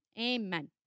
Amen